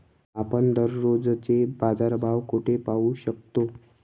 आपण दररोजचे बाजारभाव कोठे पाहू शकतो?